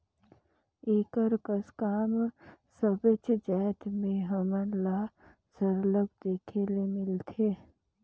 एकर कस काम सबेच जाएत में हमन ल सरलग देखे ले मिलथे